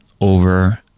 over